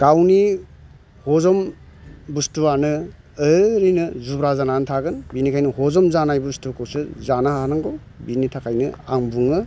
गावनि हजम बस्थुआनो ओरैनो जुब्रा जानानै थागोन बेनिखायनो हजम जानाय बस्थुखौसो जानो हानांगौ बेनि थाखायनो आं बुङो